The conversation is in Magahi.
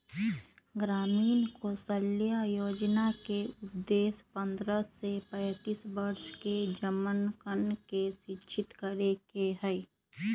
ग्रामीण कौशल्या योजना के उद्देश्य पन्द्रह से पैंतीस वर्ष के जमनकन के शिक्षित करे के हई